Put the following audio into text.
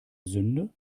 sünde